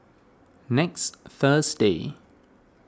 next Thursday